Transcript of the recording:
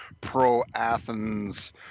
pro-athens